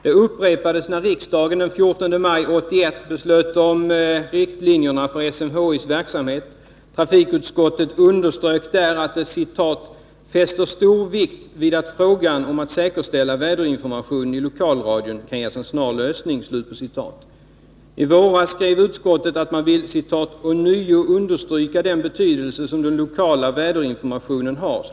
Det upprepades när riksdagen den 14 maj 1981 beslöt om riktlinjerna för SMHI:s verksamhet. Trafikutskottet underströk då att man ”fäster stor vikt vid att frågan om att säkerställa väderinformationen i lokalradion kan ges en snar lösning”. I våras skrev utskottet att man ånyo vill understryka den betydelse som den lokala väderinformationen har.